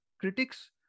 Critics